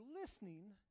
listening